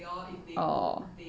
orh